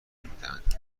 نمیدهند